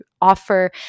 offer